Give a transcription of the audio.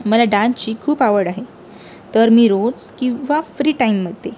मला डांसची खूप आवड आहे तर मी रोज किंवा फ्री टाईममध्ये